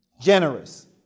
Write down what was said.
Generous